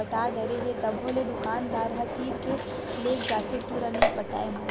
पटा डरे हे तभो ले दुकानदार ह तीर के लेग जाथे पुरा नइ पटाय म